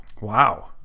Wow